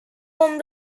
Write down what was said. one